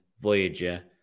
Voyager